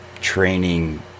training